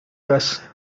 does